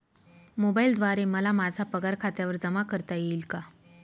मोबाईलद्वारे मला माझा पगार खात्यावर जमा करता येईल का?